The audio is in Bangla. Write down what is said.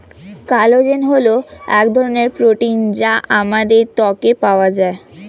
কোলাজেন হল এক ধরনের প্রোটিন যা আমাদের ত্বকে পাওয়া যায়